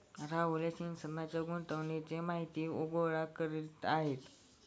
राहुल हे सिंचनाच्या गुणवत्तेची माहिती गोळा करीत आहेत